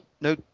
no